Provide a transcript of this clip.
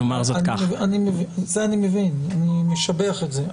את זה אני מבין ואני משבח את זה.